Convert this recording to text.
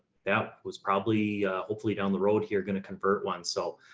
that was probably, ah, hopefully down the road here going to convert one. so